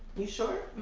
you sure?